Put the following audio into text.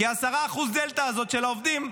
כי ה-10% הדלתא הזאת של העובדים,